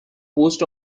post